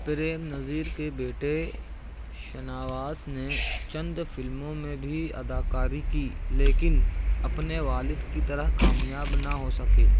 پریم نذیر کے بیٹے شناواس نے چند فلموں میں بھی اداکاری کی لیکن اپنے والد کی طرح کامیاب نہ ہو سکے